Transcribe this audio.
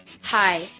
Hi